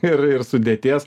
ir ir sudėties